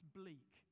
bleak